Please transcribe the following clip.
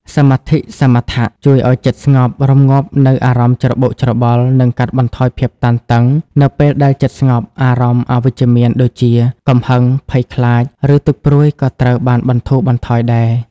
សមាធិសមាថៈ ជួយឱ្យចិត្តស្ងប់ រម្ងាប់នូវអារម្មណ៍ច្របូកច្របល់ និងកាត់បន្ថយភាពតានតឹង នៅពេលដែលចិត្តស្ងប់ អារម្មណ៍អវិជ្ជមានដូចជា កំហឹង ភ័យខ្លាច ឬទុក្ខព្រួយក៏ត្រូវបានបន្ធូរបន្ថយដែរ។